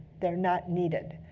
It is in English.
they're not needed.